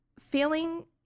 feeling